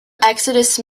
exodus